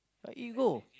out you go